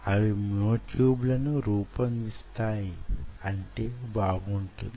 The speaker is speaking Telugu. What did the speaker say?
అవి మ్యో ట్యూబ్ ల ను రూపొందిస్తాయి అంటే బాగుంటుంది